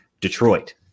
Detroit